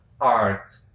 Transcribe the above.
art